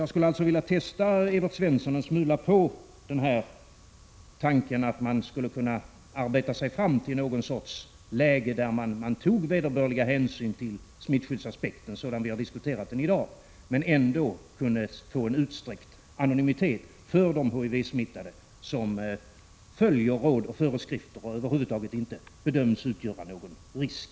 Jag skulle alltså vilja testa Evert Svensson en smula på tanken att man skulle kunna arbeta sig fram till någon sorts läge där man tog vederbörlig hänsyn till smittskyddsaspekten, sådan vi har diskuterat den i dag, men ändå kunde få utsträckt anonymitet för de HIV-smittade som följer råd och föreskrifter och över huvud taget inte bedöms utgöra någon risk.